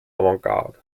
avantgarde